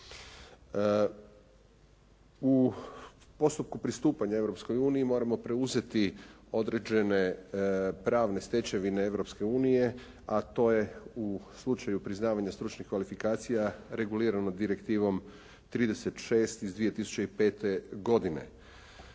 U postupku pristupanja Europskoj uniji moramo preuzeti određene pravne stečevine Europske unije, a to je u slučaju priznavanju stručnih kvalifikacija regulirano direktivom 36 iz 2005. godine.